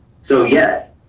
so yes,